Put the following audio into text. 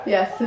Yes